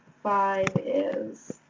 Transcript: five is